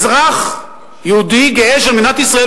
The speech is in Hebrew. אזרח יהודי גאה של מדינת ישראל,